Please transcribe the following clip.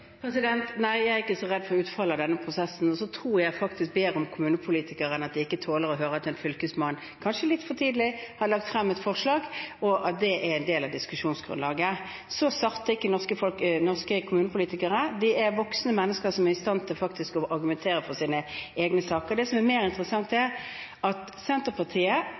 Nei, jeg er ikke så redd for utfallet av denne prosessen. Og jeg tror faktisk bedre om kommunepolitikere enn at de ikke tåler å høre at en fylkesmann – kanskje litt for tidlig – har lagt frem et forslag, og at det er en del av diskusjonsgrunnlaget. Så sarte er ikke norske kommunepolitikere. De er voksne mennesker, som er i stand til å argumentere for sine egne saker. Det som er mer interessant, er at Senterpartiet